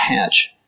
hatch